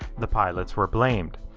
the pilots were blamed.